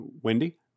Wendy